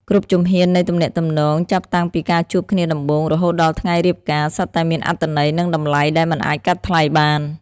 គ្រប់ជំហាននៃទំនាក់ទំនងចាប់តាំងពីការជួបគ្នាដំបូង រហូតដល់ថ្ងៃរៀបការ សុទ្ធតែមានអត្ថន័យ និងតម្លៃដែលមិនអាចកាត់ថ្លៃបាន។